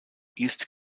east